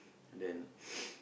and then